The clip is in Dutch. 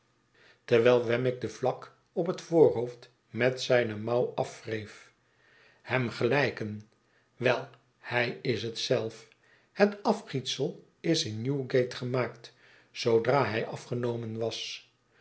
terwijl wemmick de vlak op het voorhoofd met zijne mouw afwreef hem gelijken wel hij is het zelf het afgietsel is in newgate gemaakt zoodra hij afgenomen was